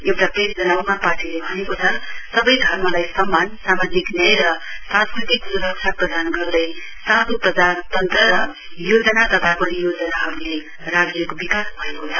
एउटा प्रेस जनाउमा पार्टीले भनेको छ सबै धर्मालाई सम्मानसामाजिक न्याय र सांस्कृतिक स्रक्षा प्रदान गरिएकोले साँचो प्रजातन्त्र र योदना तथा पत्योजनाहरुको विकास भएको छ